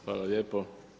Hvala lijepo.